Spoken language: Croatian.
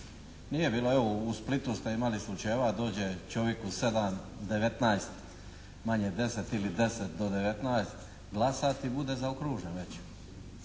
Nije bilo, evo u Splitu ste imali slučajeva dođe čovjek u 7, 19 manje 10 ili 10 do 19 glasati i bude zaokružen već.